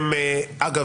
אגב,